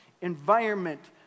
environment